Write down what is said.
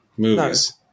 Movies